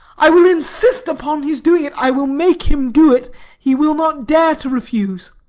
i will insist upon his doing it. i will make him do it he will not dare to refuse.